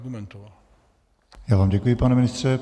Já vám děkuji, pane ministře.